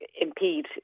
impede